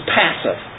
passive